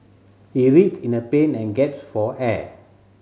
he writhed in a pain and gaps for air